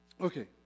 okay